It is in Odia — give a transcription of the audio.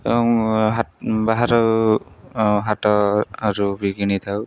ଏବଂ ବାହାରୁ ହାଟରୁ ବିି କିଣି ଥାଉ